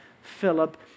Philip